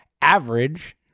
average